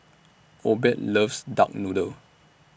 Obed loves Duck Noodle